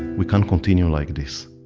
we can't continue like this.